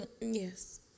Yes